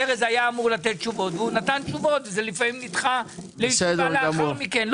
ארז היה אמור לענות תשובות והוא ענה תשובות וזה לפעמים נדחה לאחר מכן.